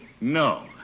No